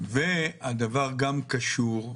והדבר קשור גם,